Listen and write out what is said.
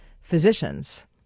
physicians